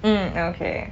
mm okay